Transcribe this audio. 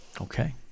Okay